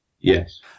yes